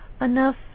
enough